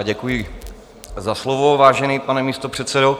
Děkuji za slovo, vážený pane místopředsedo.